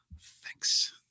Thanks